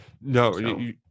No